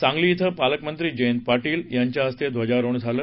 सांगली िक पालकमंत्री जयंत पाटील यांच्या हस्ते ध्वजारोहण झालं